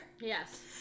Yes